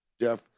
Jeff